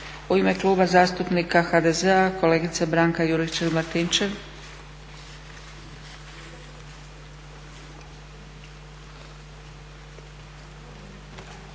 U ime Kluba zastupnika HDZ-a kolegica Branka Juričev-Martinčev.